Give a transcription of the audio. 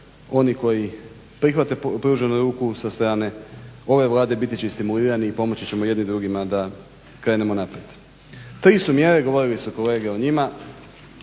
oni koji prihvate pruženu ruku sa strane ove Vlade biti će stimulirani i pomoći ćemo jedni drugima da krenemo naprijed. Tri su mjere, govorili su kolege o njima,